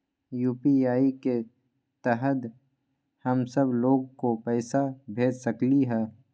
UPI के तहद हम सब लोग को पैसा भेज सकली ह?